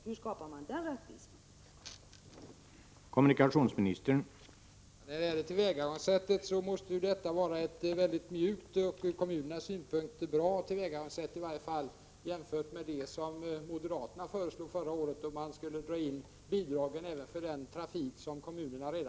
Hur skapar man rättvisa där?